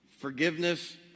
Forgiveness